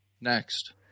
next